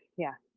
yeah.